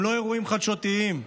הם לא אירועים חדשותיים.